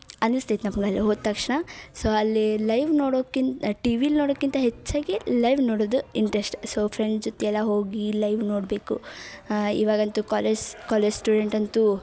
ಅನಸ್ತೈತೆ ನಮ್ಗೆ ಅಲ್ಲಿ ಹೋದ ತಕ್ಷಣ ಸೋ ಅಲ್ಲಿ ಲೈವ್ ನೋಡೋಕ್ಕಿಂತ ಟಿ ವಿಲಿ ನೋಡೋಕ್ಕಿಂತ ಹೆಚ್ಚಾಗಿ ಲೈವ್ ನೋಡುದು ಇಂಟ್ರಸ್ಟ್ ಸೋ ಫ್ರೆಂಡ್ಸ್ ಜೊತೆ ಎಲ್ಲ ಹೋಗಿ ಲೈವ್ ನೋಡಬೇಕು ಈವಾಗಂತೂ ಕಾಲೇಜ್ ಸ್ ಕಾಲೇಜ್ ಸ್ಟೂಡೆಂಟ್ ಅಂತೂ